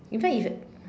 in fact it's a